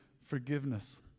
forgiveness